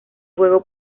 juego